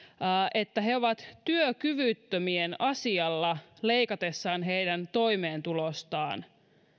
että he ovat työkyvyttömien asialla leikatessaan heidän toimeentulostaan